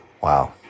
Wow